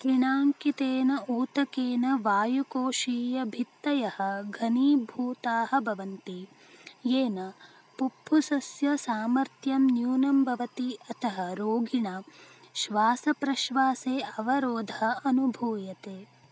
किणाङ्कितेन ऊतकेन वायुकोशीयभित्तयः घनीभूताः भवन्ति येन पुप्पुसस्य सामर्थ्यं न्यूनं भवति अतः रोगिणा श्वासप्रश्वासे अवरोधः अनुभूयते